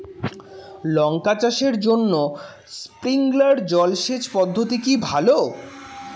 লঙ্কা চাষের জন্য স্প্রিংলার জল সেচ পদ্ধতি কি ভালো?